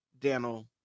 Daniel